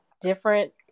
different